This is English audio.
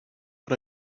but